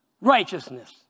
Righteousness